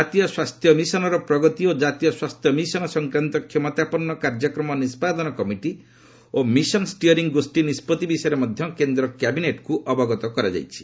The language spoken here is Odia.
ଜାତୀୟ ସ୍ୱାସ୍ଥ୍ୟମିଶନର ପ୍ରଗତି ଓ ଜାତୀୟ ସ୍ୱାସ୍ଥ୍ୟ ମିଶନ ସଂକ୍ରାନ୍ତ କ୍ଷମତାପନ୍ନ କାର୍ଯକ୍ରମ ନିଷ୍ପାଦନ କମିଟି ଓ ମିଶନ ଷ୍ଟିୟରିଂ ଗୋଷୀ ନିଷ୍ପଭି ବିଷୟରେ ମଧ୍ୟ କେନ୍ଦ୍ର କ୍ୟାବିନେଟକୁ ଅବଗତ କରାଯାଇଛି